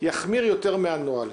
יחמיר יותר מהנוהל,